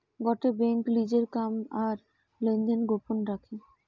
গটে বেঙ্ক লিজের কাজ কাম আর লেনদেন গোপন রাখে